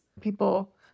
people